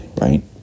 right